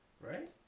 Right